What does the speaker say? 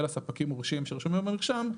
אלא ספקים מורשים שרשומים במרשם,